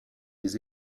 les